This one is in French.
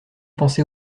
pensé